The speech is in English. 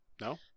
No